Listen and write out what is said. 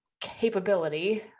capability